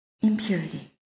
impurity